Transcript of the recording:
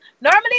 normally